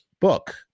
book